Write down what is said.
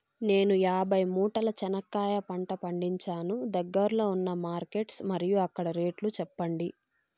నేను యాభై మూటల చెనక్కాయ పంట పండించాను దగ్గర్లో ఉన్న మార్కెట్స్ మరియు అక్కడ రేట్లు చెప్పండి?